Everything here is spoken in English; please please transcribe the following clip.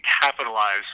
capitalize